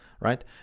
right